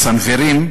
מסנוורים,